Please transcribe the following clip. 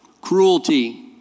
cruelty